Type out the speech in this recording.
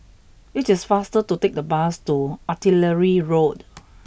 it is faster to take the bus to Artillery Road